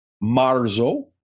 Marzo